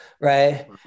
Right